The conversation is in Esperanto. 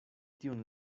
tiun